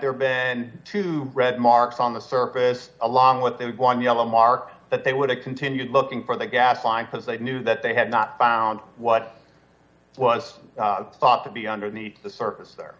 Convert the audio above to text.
there been two red marks on the surface along with that one yellow mark that they would have continued looking for the gas b line because they knew that they had not found what was thought to be underneath the surface